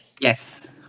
Yes